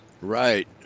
Right